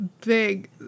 big